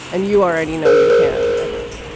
and you already know you can it's